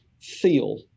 feel